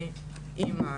אני אימא,